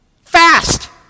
Fast